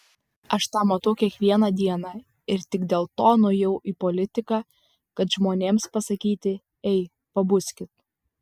aš tą matau kiekvieną dieną ir tik dėl to nuėjau į politiką kad žmonėms pasakyti ei pabuskit